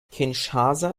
kinshasa